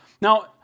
Now